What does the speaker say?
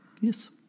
Yes